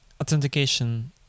authentication